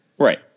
Right